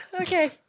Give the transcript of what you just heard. okay